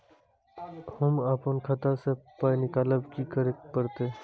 हम आपन खाता स पाय निकालब की करे परतै?